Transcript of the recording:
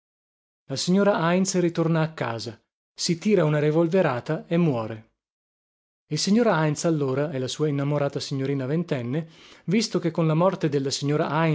la signora heintz ritorna a casa si tira una revolverata e muore il signor heintz allora e la sua innamorata signorina ventenne visto che con la morte della signora